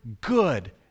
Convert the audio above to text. good